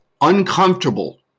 uncomfortable